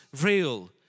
real